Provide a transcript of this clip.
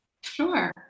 Sure